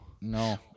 No